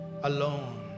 alone